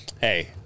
Hey